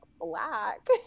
black